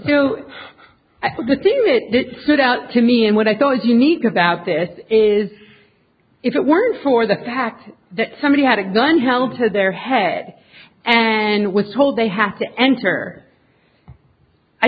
to the to it that stood out to me and what i thought was unique about this is if it weren't for the fact that somebody had a gun held to their head and was told they have to enter i